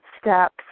steps